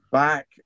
back